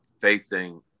facing